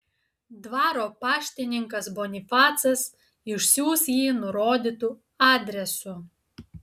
dvaro paštininkas bonifacas išsiųs jį nurodytu adresu